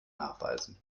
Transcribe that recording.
nachweisen